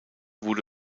wurde